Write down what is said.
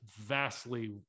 vastly